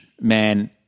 man